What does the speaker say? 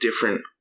different